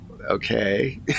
okay